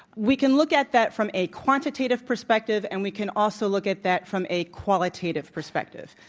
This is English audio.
we can look at that from a quantitative perspective, and we can also look at that from a qualitative perspective.